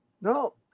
No